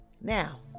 Now